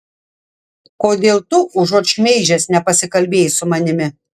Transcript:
kodėl tu užuot šmeižęs nepasikalbėjai su manimi